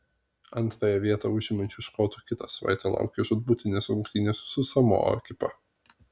antrąją vietą užimančių škotų kitą savaitę laukią žūtbūtinės rungtynės su samoa ekipa